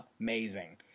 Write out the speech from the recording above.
amazing